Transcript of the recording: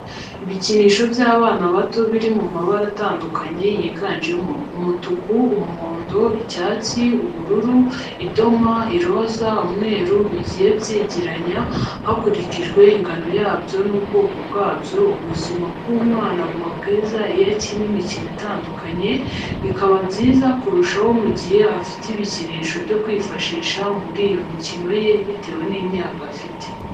Ibikinisho by'abana bato biri mu mabara atandukanye yiganjemo umutuku, umuhondo, icyatsi ,ubururu , idoma , iroza, umweru, bigiye byegeranye hakurikijwe ingano yabyo n'ubwokobwabyo ubuzima bw'umwana buba bwiza iyo akina imikino itandukanye, bikaba byiza kurushaho mu gihe afite ibikinisho byo kwifashisha muri iyo mikino ye bitewe n'imyaka afite.